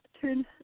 turn